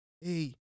hey